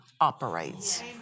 operates